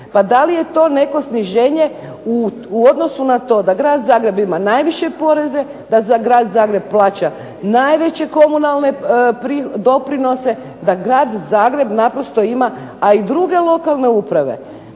Pa da li je to neko sniženje u odnosu na to da grad Zagreb ima najviše poreze, da grad Zagreb plaća najveće komunalne doprinose, da grad Zagreb naprosto ima, a i druge lokalne uprave.